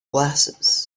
glasses